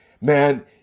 Man